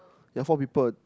ya four people